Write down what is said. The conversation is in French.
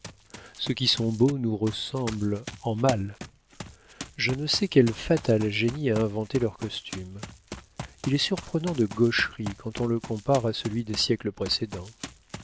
ceux qui sont beaux nous ressemblent en mal je ne sais quel fatal génie a inventé leur costume il est surprenant de gaucherie quand on le compare à celui des siècles précédents